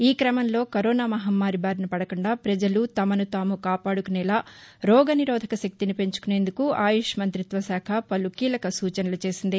ఈ క్రమంలో కరోనా మహమ్మారి బారినపడకుండా ప్రజలు తమను తాము కాపాడుకునేలా రోగ నిరోధక శక్తిని పెంచుకొనేందుకు ఆయుష్ మంత్రిత్వశాఖ పలు కీలక సూచనలు చేసింది